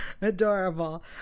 Adorable